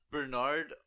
Bernard